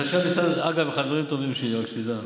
חשב המשרד, אגב, חברים טובים שלי, רק שתדע.